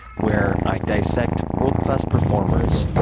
where i dissect world-class performers,